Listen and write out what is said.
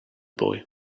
boy